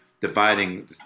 dividing